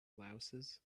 louses